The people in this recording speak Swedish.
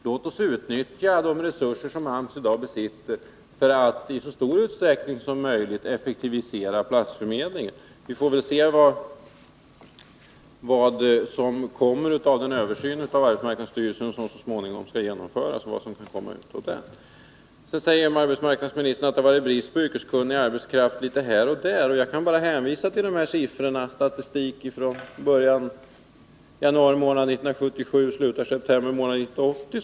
Låt oss utnyttja de resurser som AMS i dag besitter för att i så stor utsträckning som möjligt effektivisera platsförmedlingen. Vi får väl också se vad som kommer ut av den översyn av arbetsmarknadsstyrelsen som så småningom skall genomföras. Arbetsmarknadsministern säger att det har varit brist på yrkeskunnig arbetskraft ”litet här och där”. Jag kan bara hänvisa till statistiken från januari månad 1977 till september månad 1980.